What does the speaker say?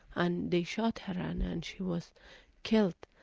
and they shot her, and and she was killed.